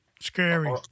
Scary